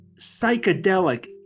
psychedelic